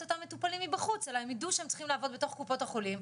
אותם מטופלים מבחוץ אלא הם ידעו שהם צריכים לעבוד בתוך קופות החולים.